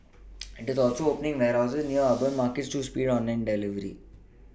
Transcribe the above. it is also opening warehouses near urban markets to speed online delivery